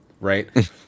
right